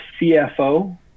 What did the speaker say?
CFO